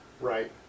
right